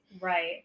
Right